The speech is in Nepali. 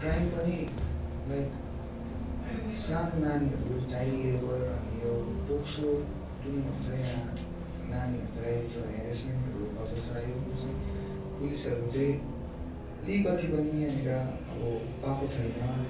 क्राइम पनि लाइक सानो नानीहरू चाइल्ड लेबर अनि यो पोक्सो जुन भन्छ यहाँ नानीहरूलाई हेरेजमेन्टहरू गर्दैछ यसमा चाहिँ पुलिसहरूको चाहिँ अलिकति पनि यहाँनिर अब पाएको छैन